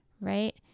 right